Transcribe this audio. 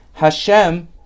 Hashem